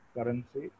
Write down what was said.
Currency